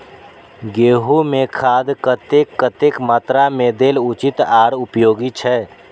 गेंहू में खाद कतेक कतेक मात्रा में देल उचित आर उपयोगी छै?